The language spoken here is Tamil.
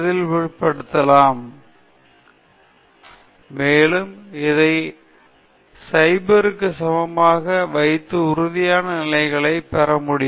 மேலும் இந்த தீர்வுக்கான நிலையான புள்ளியானது B பிளஸ் 2 BX ஐப் பெறுவதன் மூலம் மாட்ரிஸ் விதிமுறைகளை வேறுபடுத்துவதன் மூலம் பெற்றுக்கொள்ள முடியும் மேலும் இதை 0 க்கு சமமாக வைத்து உறுதியான நிலைமைகளைப் பெறுவோம்